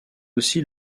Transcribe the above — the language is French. aussi